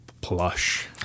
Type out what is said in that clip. plush